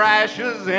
ashes